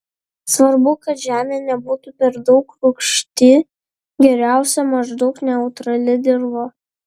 svarbu kad žemė nebūtų per daug rūgšti geriausia maždaug neutrali dirva